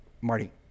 Marty